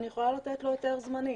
אני יכולה לתת לו היתר זמני.